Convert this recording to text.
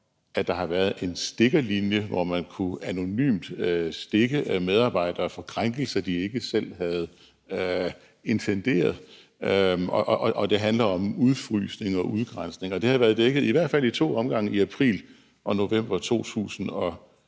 at der har været en stikkerlinje, hvor man anonymt kunne stikke medarbejdere for krænkelser, de ikke selv havde intenderet, og det handler om udfrysning og udgrænsning. Det har været dækket i hvert fald ad to omgange, nemlig i april og november 2020.